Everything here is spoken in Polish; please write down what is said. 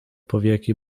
powieki